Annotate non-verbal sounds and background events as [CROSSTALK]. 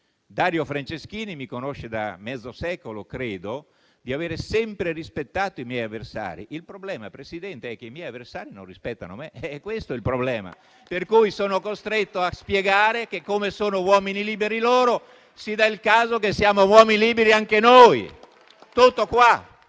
Dario Franceschini mi conosce da mezzo secolo e credo di avere sempre rispettato i miei avversari. Il problema, Presidente, è che i miei avversari non rispettano me: è questo il problema. [APPLAUSE] Per cui sono costretto a spiegare che, come sono uomini liberi loro, si dà il caso che siamo uomini liberi anche noi. Tutto qua.